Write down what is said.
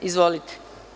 Izvolite.